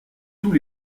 tous